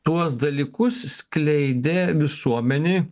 tuos dalykus skleidė visuomenei